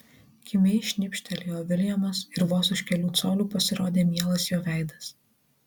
kimiai šnibžtelėjo viljamas ir vos už kelių colių pasirodė mielas jo veidas